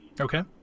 Okay